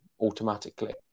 automatically